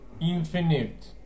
infinite